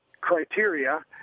criteria